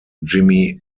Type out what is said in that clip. jimmy